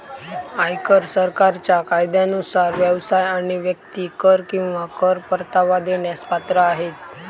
आयकर सरकारच्या कायद्यानुसार व्यवसाय आणि व्यक्ती कर किंवा कर परतावा देण्यास पात्र आहेत